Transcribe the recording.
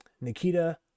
Nikita